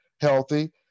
healthy